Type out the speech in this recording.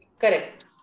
Correct